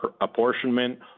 apportionment